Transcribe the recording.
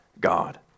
God